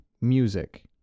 music